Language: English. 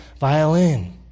violin